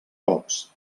cops